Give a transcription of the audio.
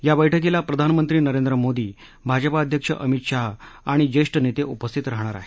या बैठकीला प्रधानमंत्री नरेंद्र मोदी भाजपा अध्यक्ष अमित शाह आणि ज्येष्ठ नेते उपस्थित राहाणार आहेत